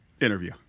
interview